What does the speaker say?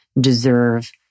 deserve